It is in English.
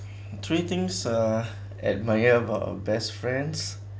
three things uh admire about our best friends